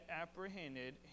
apprehended